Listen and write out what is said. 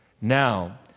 Now